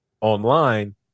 online